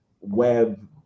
web